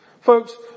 Folks